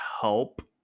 help